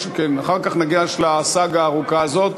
ואחר ניגש לסאגה הארוכה הזאת,